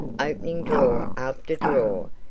opening drawer after drawer,